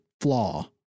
flaw